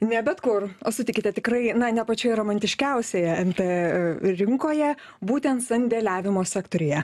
ne bet kur o sutikite tikrai ne pačioje romantiškiausioje nt rinkoje būtent sandėliavimo sektoriuje